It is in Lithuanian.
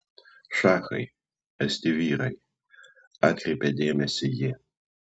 šachai esti vyrai atkreipė dėmesį ji